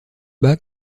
bas